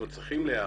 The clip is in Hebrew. אנחנו צריכים להיערך